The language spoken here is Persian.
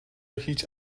هیچ